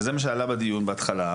וזה מה שעלה בדיון בהתחלה,